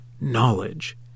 knowledge